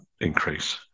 increase